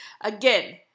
again